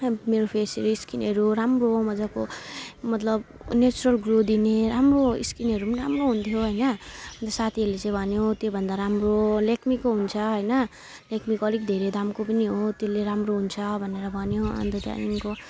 मेरो फेसहरू स्किनहरू राम्रो मजाको मतलब नेचरल ग्रो दिने राम्रो स्किनहरू पनि राम्रो हुन्थ्यो हैन अनि त साथीहरूले चाहिँ भन्यो त्योभन्दा राम्रो लेकमीको हुन्छ हैन लेकमीको अलिक धेरै दामको पनि हो त्यसले राम्रो हुन्छ भनेर भन्यो अनि त त्यहाँदेखिन्को